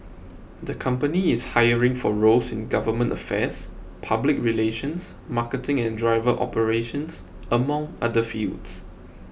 the company is hiring for roles in government affairs public relations marketing and driver operations among other fields